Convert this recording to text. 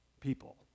people